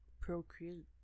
procreate